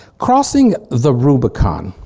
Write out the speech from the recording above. crossing the rubicon